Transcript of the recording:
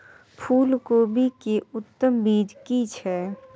फूलकोबी के उत्तम बीज की छै?